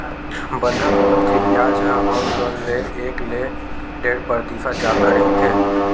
बंधक लोन के बियाज ह होम लोन ले एक ले डेढ़ परतिसत जादा रहिथे